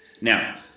Now